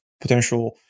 potential